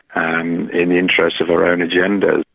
and in the interests of her own agenda.